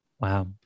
Wow